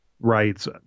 rights